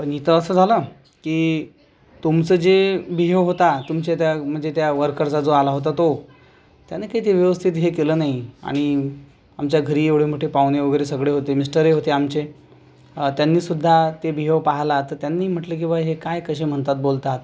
पण इथं असं झालं की तुमचं जे बिहेव होता तुमच्या त्या म्हणजे त्या वर्करचा जो आला होता तो त्यानं काय ते व्यवस्थित हे केलं नाही आणि आमच्या घरी एवढे मोठे पाहुणे वगैरे सगळे होते मिस्टरही होते आमचे त्यांनी सुद्धा ते बिहेव पाहिलं त्यांनी म्हटले की हे काय कसे म्हणतात बोलतात